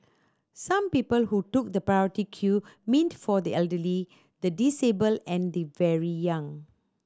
some people who took the priority queue meant for the elderly the disabled and the very young